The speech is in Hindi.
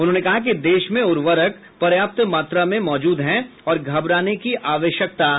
उन्होंने कहा कि देश में उर्वरक पर्याप्त मात्रा में मौजूद है और घबराने की आवश्यकता नहीं है